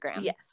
Yes